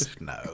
No